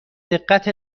دقت